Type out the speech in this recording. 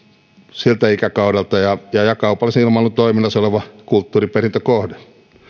siltä ikäkaudelta ja ja kaupallisen ilmailun toiminnassa oleva kulttuuriperintökohde